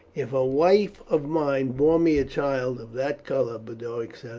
if a wife of mine bore me a child of that colour, boduoc said,